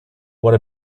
what